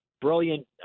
brilliant